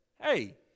hey